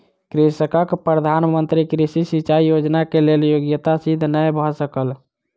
कृषकक प्रधान मंत्री कृषि सिचाई योजना के लेल योग्यता सिद्ध नै भ सकल